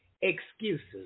excuses